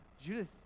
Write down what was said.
Judith